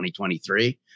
2023